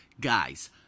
guys